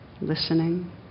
listening